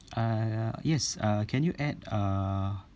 uh yes uh can you add uh